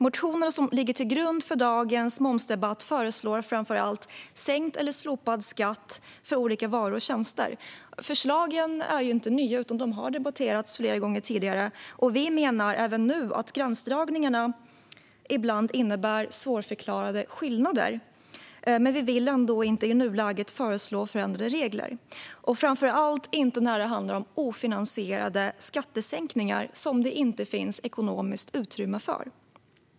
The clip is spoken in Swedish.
Motionerna som ligger till grund för dagens momsdebatt föreslår framför allt sänkt eller slopad skatt på olika varor och tjänster. Förslagen är inte nya utan har debatterats flera gånger tidigare. Vi menar även nu att gränsdragningarna ibland innebär svårförklarade skillnader. Men vi vill ändå inte i nuläget föreslå förändrade regler, framför allt inte när det handlar om ofinansierade skattesänkningar som det inte finns ekonomiskt utrymme för.